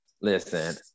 listen